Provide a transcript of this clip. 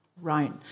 right